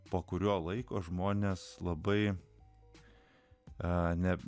po kurio laiko žmonės labai a